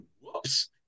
whoops